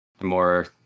more